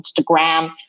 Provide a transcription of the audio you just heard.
Instagram